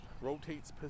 rotates